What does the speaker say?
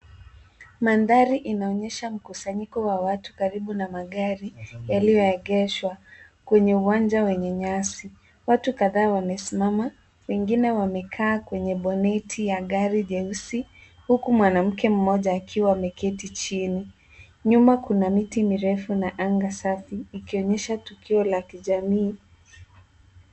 Mandhari inaonyesha mkusanyiko wa watu karibu na magari yaliyoegeshwa kwenye uwanja wenye nyasi. Watu kadhaa wamesimama wengine wamekaa kwenye boneti ya gari jeusi huku mwanamke mmoja akiwa ameketi chini. Nyuma kuna miti mirefu na anga safi ikionyesha tukio la kijamii.